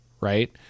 right